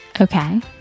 Okay